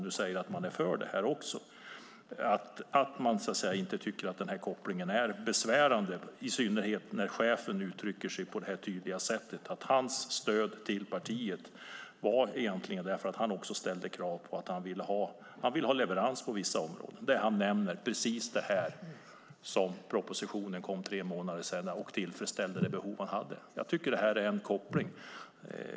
Det är märkligt att man inte tycker att den här kopplingen är besvärande när chefen så tydligt uttrycker att han, med sitt stöd till partiet, ställde krav på leverans inom vissa områden. Han nämner just det som tillfredsställdes i propositionen som kom tre månader senare. Jag tycker att det är en koppling.